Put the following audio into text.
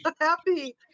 happy